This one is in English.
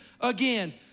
again